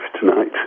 tonight